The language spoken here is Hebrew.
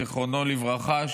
זיכרונו לברכה,